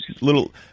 little